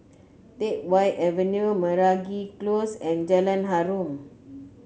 Teck Whye Avenue Meragi Close and Jalan Harum